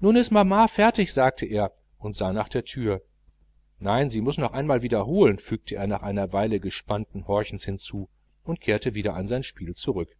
nun ist mama fertig sagte er und sah nach der türe nein sie muß noch einmal wiederholen fügte er nach einer weile gespannten horchens hinzu und kehrte wieder an sein spiel zurück